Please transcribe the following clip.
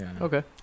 Okay